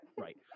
right